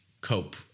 cope